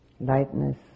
lightness